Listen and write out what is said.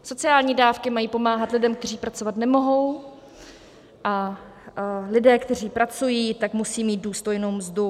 Sociální dávky mají pomáhat lidem, kteří pracovat nemohou, a lidé, kteří pracují, musí mít důstojnou mzdu.